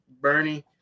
Bernie